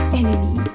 enemy